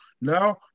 Now